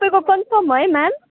तपाईँको कन्फर्म है म्याम